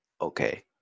okay